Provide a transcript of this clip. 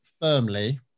firmly